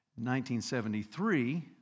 1973